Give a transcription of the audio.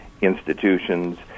institutions